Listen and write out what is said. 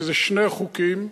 שזה שני חוקים,